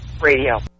Radio